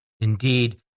Indeed